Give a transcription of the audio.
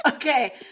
Okay